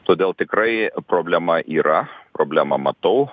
todėl tikrai problema yra problemą matau